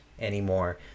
anymore